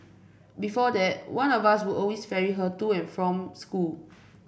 before that one of us would always ferry her to and from school